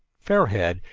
fair head,